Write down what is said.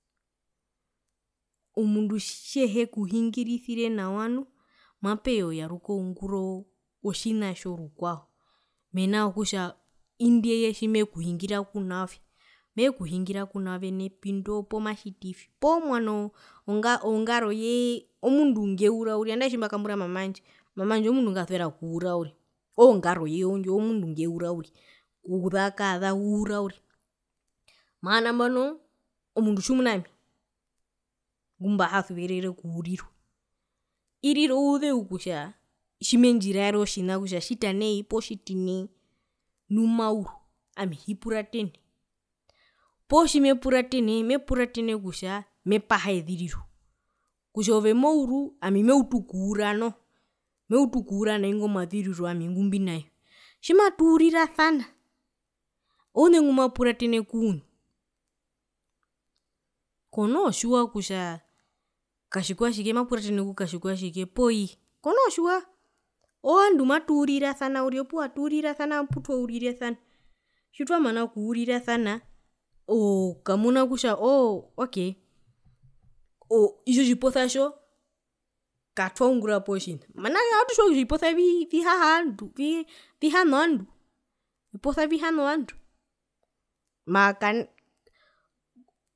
Omundu tjehekuhingirisire nawa nu mapeya oyaruka oungura otjina tjo rukwao mena rokutja indi eye tjimekuhingira kunaove mekuhingira kunaove nepindoo poo matjitivi poo mwano onga ongaroye omundu ngeura uriri poo po tjimbakambura mama wandje mama wandje omundu ngwasuvera okuura uriri oongaroye omundu ngeura okuza kaaza uura uriri nambano omundu tjimuna ami tjimendjiraere otjina kutja tjita nai poo otjiti nai nu mauru ami hipuratene poo tjimepuratene mepuratene kutja mepaha eziriro kutja ove mouru ami meutu okuura noho meutu okuura naingo maziriro ami ngumbinayo tjimaatuurirasa oune ngmapuratene kuune kono tjiwa kutja katjikwatjike mapuratene kukatjikwatjike kono tjiwa ovandu matuurirasana uriri opuwo atuurirasana putwaurirasana tjitwamana okuurirasana oo kamuna kutja oo ok itjo tjiposa tjo katwaungura potjina mena rokutja matutjiwa kutja oviposa vi vihaha ovandu vihana ovandu oviposa vihana ovandu mara kana